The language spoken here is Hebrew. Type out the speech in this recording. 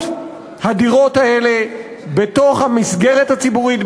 הדירות האלה בתוך המסגרת הציבורית,